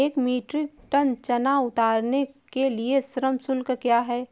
एक metric tonne चना उतारने के लिए श्रम शुल्क क्या है?